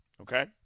okay